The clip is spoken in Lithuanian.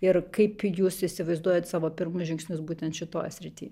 ir kaip jūs įsivaizduojate savo pirmus žingsnius būtent šitoj srity